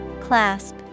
Clasp